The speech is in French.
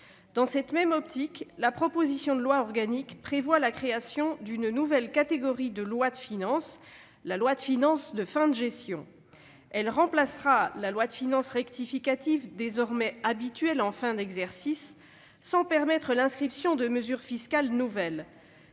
Dans cette même optique, la proposition de loi organique prévoit la création d'une nouvelle catégorie de loi de finances : la loi de finances de fin de gestion. Elle remplacera la loi de finances rectificative, désormais habituelle en fin d'exercice, sans permettre l'inscription de mesures fiscales nouvelles.